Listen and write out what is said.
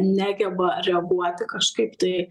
negeba reaguoti kažkaip tai